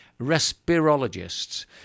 respirologists